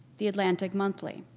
the atlantic monthly.